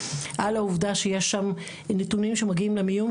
על העובדה שיש שם נתונים שמגיעים למיון,